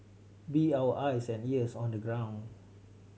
be our eyes and ears on the ground